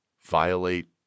violate